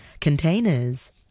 containers